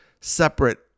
separate